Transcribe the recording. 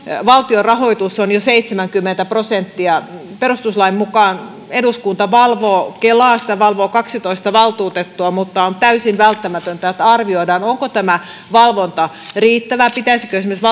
valtion rahoitus on jo seitsemänkymmentä prosenttia perustuslain mukaan eduskunta valvoo kelaa sitä valvoo kaksitoista valtuutettua mutta on täysin välttämätöntä että arvioidaan onko tämä valvonta riittävää pitäisikö esimerkiksi